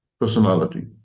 personality